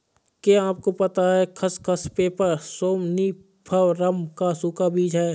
क्या आपको पता है खसखस, पैपर सोमनिफरम का सूखा बीज है?